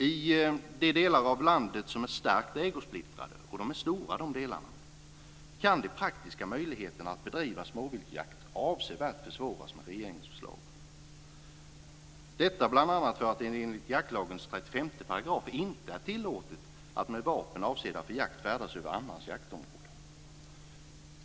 I de delar av landet som är starkt ägosplittrade - och de delarna är stora - kan de praktiska möjligheterna att bedriva småviltjakt avsevärt försvåras med regeringens förslag; detta bl.a. för att det enligt 35 § jaktlagen inte är tillåtet att med vapen avsedda för jakt färdas över annans jaktområde.